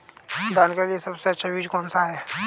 धान के लिए सबसे अच्छा बीज कौन सा है?